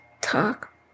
talk